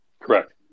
Correct